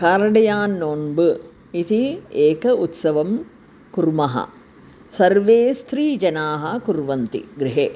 कारणियान्नोम्ब् इति एकः उत्सवः कुर्मः सर्वे स्त्रीजनाः कुर्वन्ति गृहे